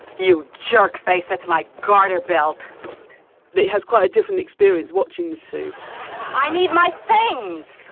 you jerkface. that's my garter belt it has quite a different experience watching the two i need my things